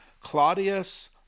Claudius